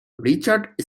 richard